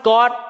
God